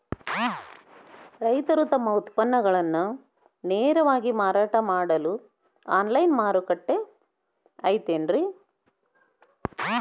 ರೈತರು ತಮ್ಮ ಉತ್ಪನ್ನಗಳನ್ನ ನೇರವಾಗಿ ಮಾರಾಟ ಮಾಡಾಕ ಆನ್ಲೈನ್ ಮಾರುಕಟ್ಟೆ ಐತೇನ್ರಿ?